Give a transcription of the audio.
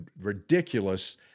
ridiculous